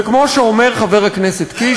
וכמו שאומר חבר הכנסת קיש,